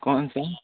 कौन सा